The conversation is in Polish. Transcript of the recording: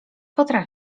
potra